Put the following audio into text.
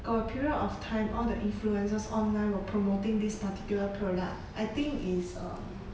got a period of time all the influencers online were promoting this particular product I think is uh